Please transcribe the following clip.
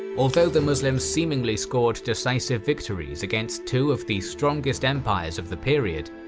although the muslims seemingly scored decisive victories against two of the strongest empires of the period,